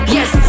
Yes